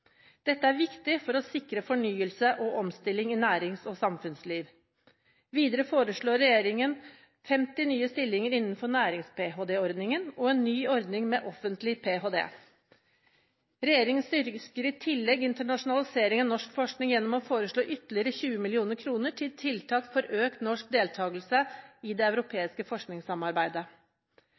Dette er viktig for sikre fornyelse og omstilling i nærings- og samfunnsliv. Videre foreslår regjeringen 50 nye stillinger innenfor nærings-ph.d.-ordningen og en ny ordning med offentlig ph.d. Regjeringen styrker i tillegg internasjonalisering av norsk forskning gjennom å foreslå ytterligere 20 mill. kr til tiltak for økt norsk deltakelse i det europeiske forskningssamarbeidet.